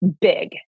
big